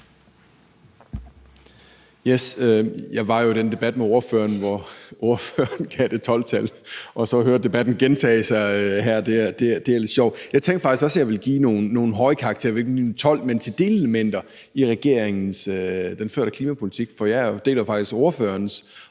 Jeg var jo i den debat med ordføreren, hvor ordføreren gav det 12-tal, så at høre debatten gentage sig her er lidt sjovt. Jeg tænker faktisk også, at jeg vil give nogle høje karakterer – jeg ved ikke, om det ville være 12 – til delelementer af regeringens førte klimapolitik, for jeg deler faktisk ordførerens